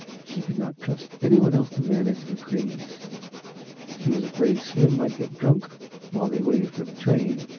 she could not trust anyone else to manage the creams she was afraid slim might get drunk while they waited for the train,